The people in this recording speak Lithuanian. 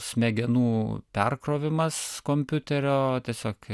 smegenų perkrovimas kompiuterio tiesiog